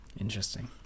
Interesting